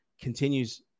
continues